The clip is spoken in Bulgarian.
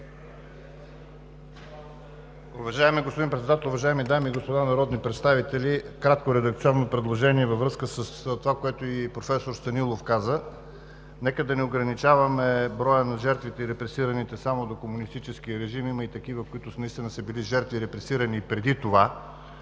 Уважаеми господин Председател, уважаеми дами и господа народни представители! Кратко редакционно предложение във връзка с това, което и професор Станилов каза. Нека да не ограничаваме броя на жертвите и репресираните само до комунистическия режим. Има и такива, които наистина са били жертви и репресирани преди това.